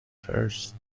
first